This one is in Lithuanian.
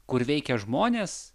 kur veikia žmonės